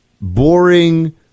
boring